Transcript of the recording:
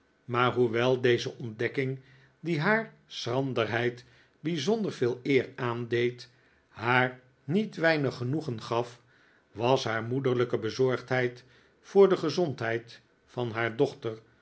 maar hoewel deze ontdekking die haar schranderheid bijzonder veel eer aandeed haar niet weinig genoegen gaf was haar moederlijke bezorgdheid voor de gezondheid van haar dochter